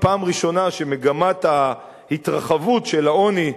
פעם ראשונה שמגמת ההתרחבות של העוני,